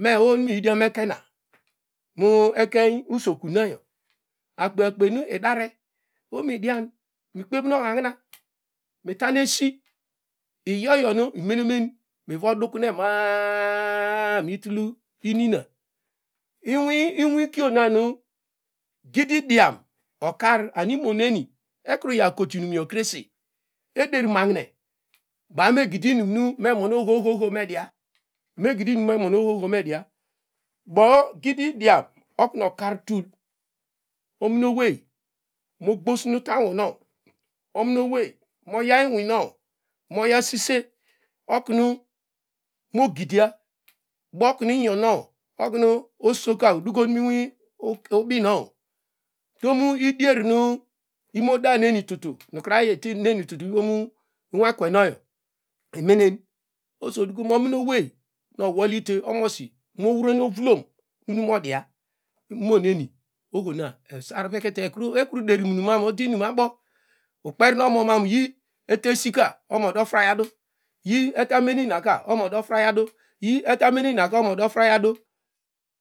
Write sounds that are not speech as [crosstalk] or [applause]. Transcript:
me oho mi yidiane ekena nu ekeno usokunayo akpe akpe nuidara ohomidian mikpev nu ohahina mitan esi iyoyo nu imenemen mivo dukunema a- a- a- a miyitul inina inul inulkio nanu gididiom okar and imoneni ekru yakotinmyo krese ederi mahine baw asome gidi inim me mon ohohoho media megidi inin nu me mon ohohoho media bo gididiom oknu okar tul omimowey mogbosne utany unwonow ominowey oyaw inumu moya sise oknu mogidia botu inyondo oknu osaka oduko mu inisi [unintelligible] ubinow utom idier nu imu daneni tobu nu aya tulu ivom inwekwenow inenen oso odukom ominowey nu owolyite omosi mohrono ovulom nunu modia imoneni ohona esarvekete ekruderumamu ude inumna abo ukperinomo mam yi eta esi ka omo oda frayadu yi eta mene inaka omo odafrayer adu yi eta mene inaka omo odafraya adu.